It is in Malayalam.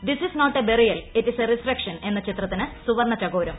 this is not a burial it is a resurrection എന്ന ചിത്രത്തിന് സുവർണ ചകോരം